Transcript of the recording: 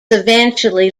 eventually